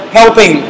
helping